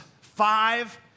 five